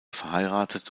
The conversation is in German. verheiratet